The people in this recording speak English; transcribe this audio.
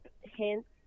hints